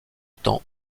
temps